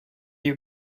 you